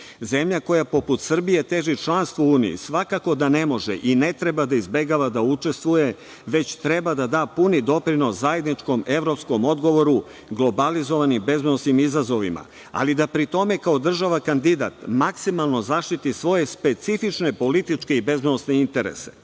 koja poput Srbije teži članstvu u EU svakako da ne može i ne treba da izbegava da učestvuje, već treba da puni doprinos zajedničkom evropskom odgovoru globalizovanju bezbednosnim izazovima, ali da pri tome kao država kandidat maksimalno zaštiti svoje specifične političke i bezbednosne interese.